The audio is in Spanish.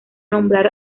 nombrar